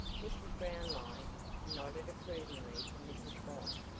mrs. brownlie nodded approvingly to mrs. white.